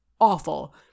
awful